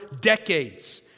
decades